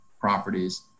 properties